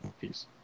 Peace